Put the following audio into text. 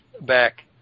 back